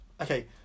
okay